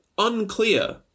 unclear